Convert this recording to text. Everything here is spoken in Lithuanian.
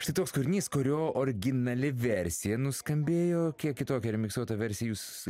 štai toks kūrinys kurio originali versija nuskambėjo kiek kitokia remiksuota versija jūs